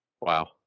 Wow